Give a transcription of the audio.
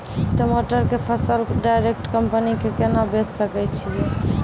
टमाटर के फसल डायरेक्ट कंपनी के केना बेचे सकय छियै?